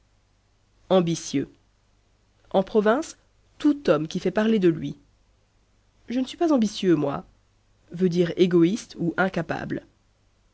ambitieux en province tout homme qui fait parler de lui je ne suis pas ambitieux moi veut dire égoïste ou incapable